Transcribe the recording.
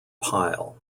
pyle